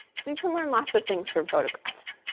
so you can learn lots of things from photographs.